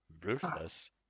Ruthless